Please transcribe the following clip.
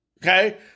Okay